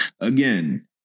Again